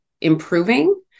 improving